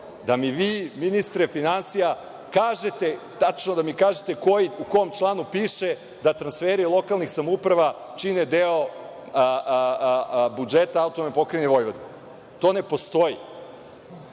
da mi vi ministre finansija kažete, tačno da mi kažete, u kom članu piše da transferi lokalnih samouprava čine deo budžeta AP Vojvodine. To ne postoji.